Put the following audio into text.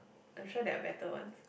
I'm sure there are better ones